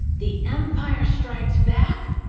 the empire strikes back?